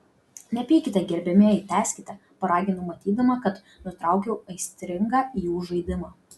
nepykite gerbiamieji tęskite paraginau matydama kad nutraukiau aistringą jų žaidimą